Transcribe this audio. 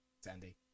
Sandy